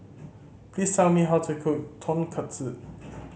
please tell me how to cook Tonkatsu